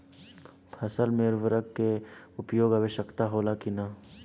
फसल में उर्वरक के उपयोग आवश्यक होला कि न?